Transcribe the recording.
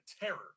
Terror